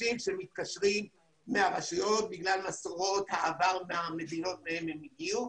חוששים שמתקשרים מהרשויות בגלל מסורות העבר מהמדינות מהן הם הגיעו.